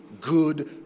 good